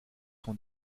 son